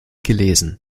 gelesen